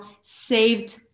saved